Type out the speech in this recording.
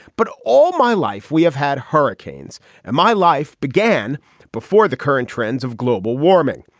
but all my life we have had hurricanes and my life began before the current trends of global warming.